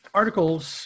articles